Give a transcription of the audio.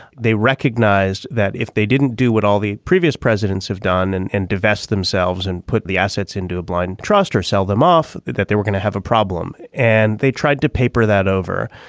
they recognized that if they didn't do what all the previous presidents have done and and divest themselves and put the assets into a blind trust or sell them off that that they were going to have a problem and they tried to paper that over.